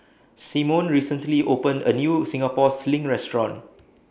Simone recently opened A New Singapore Sling Restaurant